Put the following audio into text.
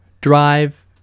drive